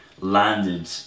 Landed